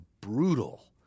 brutal